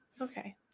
Okay